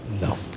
No